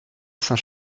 saint